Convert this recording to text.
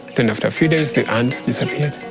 then after a few days the ants disappeared.